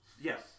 yes